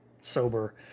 sober